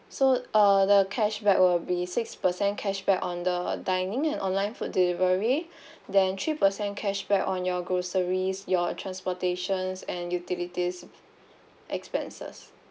so uh the cashback will be six percent cashback on the dining and online food delivery then three percent cashback on your groceries your transportations and utilities expenses